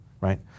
right